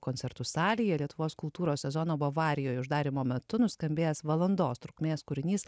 koncertų salėje lietuvos kultūros sezono bavarijoje uždarymo metu nuskambėjęs valandos trukmės kūrinys